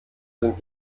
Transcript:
sind